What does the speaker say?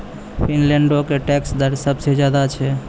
फिनलैंडो के टैक्स दर सभ से ज्यादे छै